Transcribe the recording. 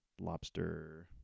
Lobster